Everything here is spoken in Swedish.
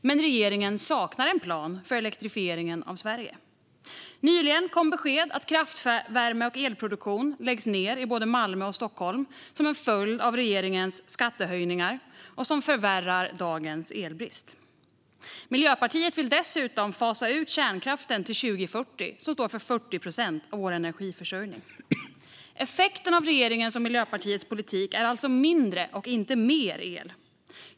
Men regeringen saknar en plan för elektrifieringen av Sverige. Nyligen kom besked att kraftvärme och elproduktion läggs ned i både Malmö och Stockholm som en följd av regeringens skattehöjningar, vilket förvärrar dagens elbrist. Miljöpartiet vill dessutom fasa ut kärnkraften, som står för 40 procent av vår energiförsörjning, till 2040. Effekten av regeringens och Miljöpartiets politik är alltså mindre, inte mer, el.